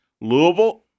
Louisville